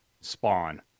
Spawn